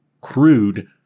crude